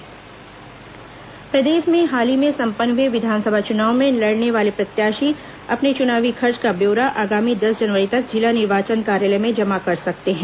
विस चुनाव खर्च ब्यौरा प्रदेश में हाल ही में संपन्न हए विधानसभा चुनाव में लड़ने वाले प्रत्याशी अपने चुनावी खर्च का ब्यौरा आगामी दस जनवरी तक जिला निर्वाँचन कार्यालय में जमा कर सकते हैं